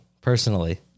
personally